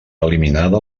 eliminada